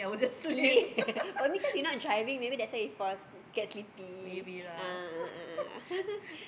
sleep maybe cause you not driving maybe that's why you get sleepy a'ah a'ah a'ah